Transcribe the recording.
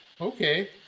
Okay